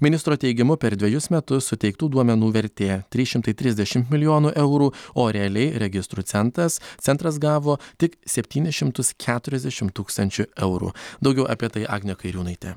ministro teigimu per dvejus metus suteiktų duomenų vertė trys šimtai trisdešimt milijonų eurų o realiai registrų centas centras gavo tik septynis šimtus keturiasdešim tūkstančių eurų daugiau apie tai agnė kairiūnaitė